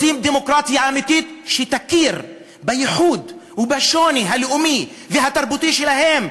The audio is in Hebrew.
רוצים דמוקרטיה אמיתית שתכיר בייחוד ובשוני הלאומי והתרבותי שלהם,